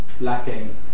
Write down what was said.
lacking